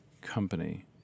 company